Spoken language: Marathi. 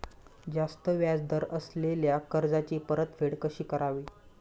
जास्त व्याज दर असलेल्या कर्जाची परतफेड कशी करावी?